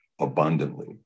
abundantly